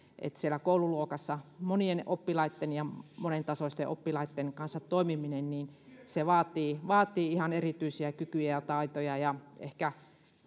siellä koululuokassa monien oppilaitten ja monentasoisten oppilaitten kanssa toimiminen vaatii vaatii ihan erityisiä kykyjä ja taitoja ehkä